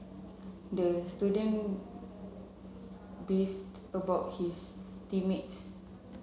the student beefed about his team mates